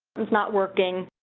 it's not working,